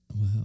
Wow